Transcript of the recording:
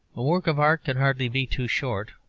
a work of art can hardly be too short,